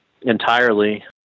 entirely